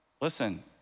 listen